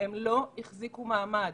לא החזיקו מעמד.